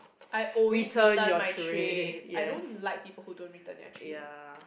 I always return my trays I don't like people who don't return their trays